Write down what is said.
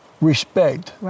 respect